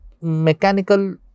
mechanical